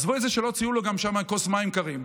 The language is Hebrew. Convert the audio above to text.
עזבו את זה שלא הציעו לו שם גם כוס מים קרים.